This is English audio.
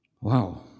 Wow